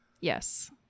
Yes